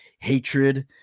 Hatred